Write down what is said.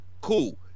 Cool